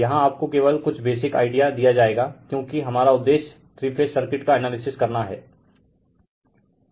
यहाँ आपको केवल कुछ बेसिक आईडिया दिया जाएगाक्योकि हमारा उद्देश्य थ्री फेज सर्किट का एनालिसिस करना है